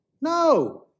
No